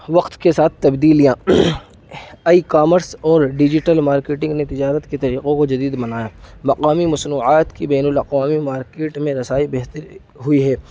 وقت کے ساتھ تبدیلیاں ای کامرس اور ڈیجیٹل مارکیٹنگ نے تجارت کے طریقوں کو جدید بنایا مقامی مصنوعات کی بین الاقوامی مارکیٹ میں رسائی بہتر ہوئی ہے